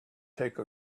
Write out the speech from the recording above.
take